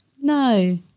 no